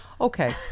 Okay